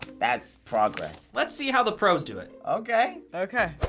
that's progress. let's see how the pros do it. okay. okay.